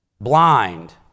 blind